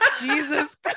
jesus